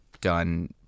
done